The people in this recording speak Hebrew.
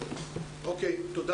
תודה